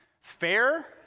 fair